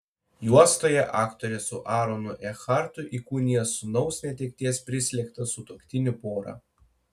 juostoje aktorė su aronu ekhartu įkūnija sūnaus netekties prislėgtą sutuoktinių porą